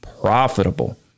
profitable